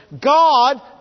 God